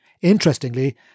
Interestingly